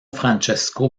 francesco